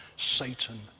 Satan